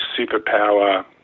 superpower